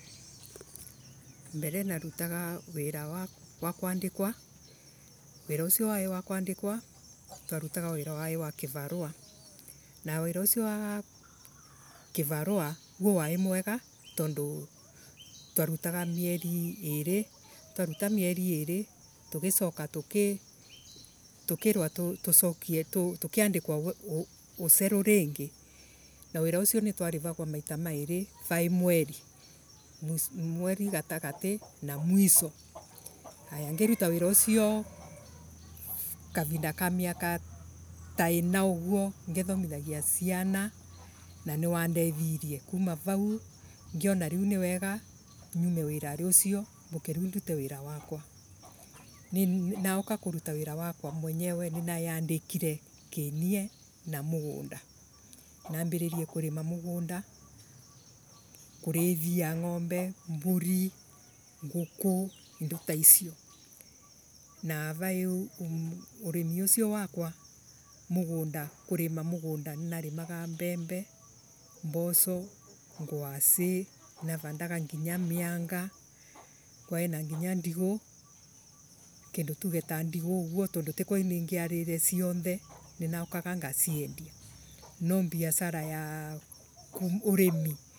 Mbere narutaga wira wa kuandikwa. Wira ucio wa kuandikwa. twarutaga wira wa ii wa kivarua na wira ucio wa kivarua guo waii mwega tondu twarutaga mieri iiri twaruta mieri iire tugicoka tukirwa tucokie uceru ringi. Na wira ucio nitwarivagwa maita mairi vaii mweri. Mwi Mweri gatagati na mwiso. Ayaa. ngiruta wira ucio kavinda ka miaka ta ina uguo ngithomi thagia ciana na niwandethirie. Kuma vau ngiona riu nyume wirari ucio mbuke riu ndute wira wakwa. Nauka kuruta wira wakwa mwenyewe nineyandikiria kiirie na mugunda. Ninambiririe kurima mugunda kurithia ngombe mburi. nguku na vaii urimi ucio wakwa kurima mugunda ninarimaga mbembe mboco. ngwaci. ninavandaga nginya mianga kwa ii na nginya ndigu ndu tuge ta ndigu uguo tondu tikwa niniaririe cionthe ninaukaga kaciendia. Noobiasara ya urimi.